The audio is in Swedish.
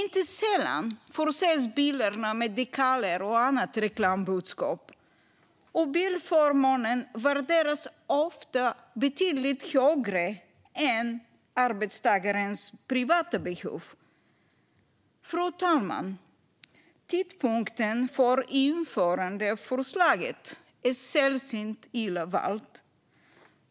Inte sällan förses bilarna med dekaler och andra reklambudskap, och bilförmånen värderas ofta betydligt högre än arbetstagarens privata behov. Fru talman! Tidpunkten för införandet av förslaget är sällsynt illa vald.